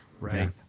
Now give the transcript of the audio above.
Right